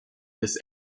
this